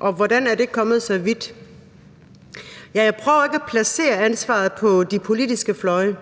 Og hvordan er det kommet så vidt? Jeg prøver ikke at placere ansvaret på de politiske fløje.